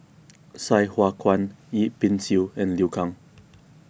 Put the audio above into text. Sai Hua Kuan Yip Pin Xiu and Liu Kang